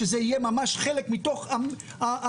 שזה יהיה ממש חלק מתוך הרגולציה,